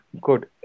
good